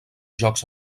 jocs